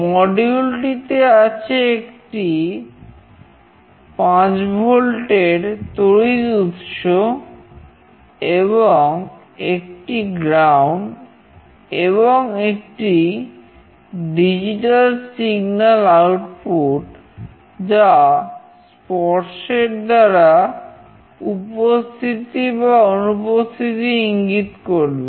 মডিউলটিতে টি এই স্পর্শের উপস্থিতি অথবা অনুপস্থিতি ইঙ্গিত করবে